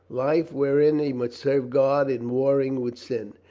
life wherein he must serve god in warring with sin,